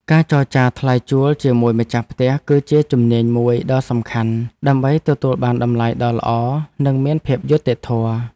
ការចរចាថ្លៃជួលជាមួយម្ចាស់ផ្ទះ គឺជាជំនាញមួយដ៏សំខាន់ដើម្បីទទួលបានតម្លៃដ៏ល្អនិងមានភាពយុត្តិធម៌។